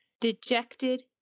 dejected